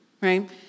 right